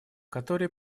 которые